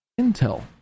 Intel